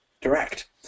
direct